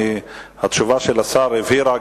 התשובה של השר הבהירה,